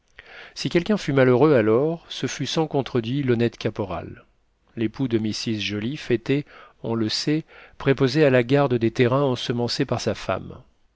si quelqu'un fut malheureux alors ce fut sans contredit l'honnête caporal l'époux de mrs joliffe était on le sait préposé à la garde des terrains ensemencés par sa femme